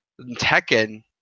Tekken